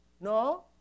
No